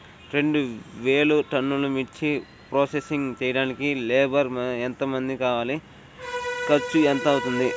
రెండు వేలు టన్నుల మిర్చి ప్రోసెసింగ్ చేయడానికి లేబర్ ఎంతమంది కావాలి, ఖర్చు ఎంత అవుతుంది?